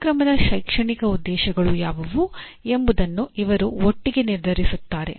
ಕಾರ್ಯಕ್ರಮದ ಶೈಕ್ಷಣಿಕ ಉದ್ದೇಶಗಳು ಯಾವುವು ಎಂಬುದನ್ನು ಇವರು ಒಟ್ಟಿಗೆ ನಿರ್ಧರಿಸುತ್ತಾರೆ